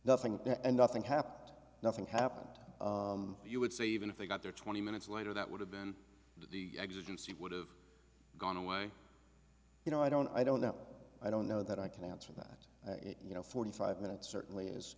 nothing and nothing happened nothing happened you would say even if they got there twenty minutes later that would have been the exit to sit would have gone away you know i don't i don't know i don't know that i can answer that you know forty five minutes certainly is